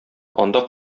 анда